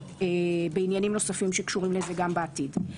בעניינים נוספים שקשורים לזה גם בעתיד.